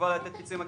לתת פיצויים.